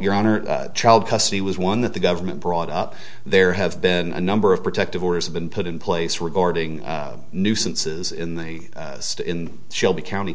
your honor child custody was one that the government brought up there have been a number of protective orders have been put in place regarding nuisances in the state in shelby county